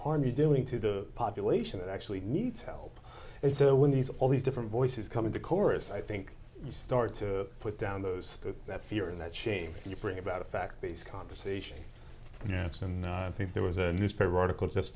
harm you doing to the population that actually needs help so when these all these different voices come in the chorus i think you start to put down those that fear that shame you bring about a fact based conversation and i think there was a newspaper article just